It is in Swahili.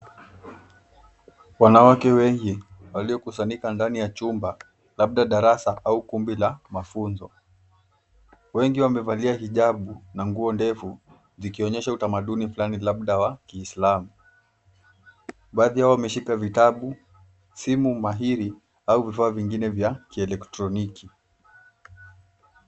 Wanawake wengi waliokusanyika ndani ya chumba labda darasa au kumbi la mafunzo. Wengi wamevalia hijabu na nguo ndefu zikionyesha utamaduni fulani labda wa kiislamu. Baadhi yao wameshika vitabu, simu mahiri au vifaa vingine vya kielektroniki.